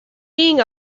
being